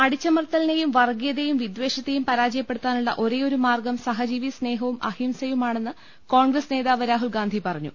അടിച്ചമർത്തലിനെയും വർഗ്ഗീയതയെയും വിദേഷ ത്തെയും പരാജയപ്പെടുത്താനുള്ള ഒരേയൊരു മാർഗ്ഗം സഹജീവി സ്നേഹവും അഹിംസയുമാണെന്ന് കോൺഗ്രസ് നേതാവ് രാഹുൽ ഗാന്ധി പറഞ്ഞു